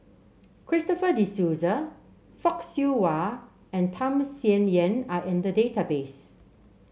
Christopher De Souza Fock Siew Wah and Tham Sien Yen are in the database